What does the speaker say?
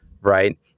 right